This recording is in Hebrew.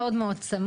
מאוד מאוד צמוד,